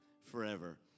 forever